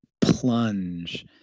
plunge